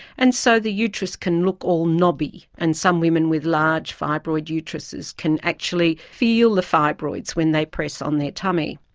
and so the uterus can look all knobby and some women with large fibroid uteruses can actually feel the fibroids when they press on their tummy.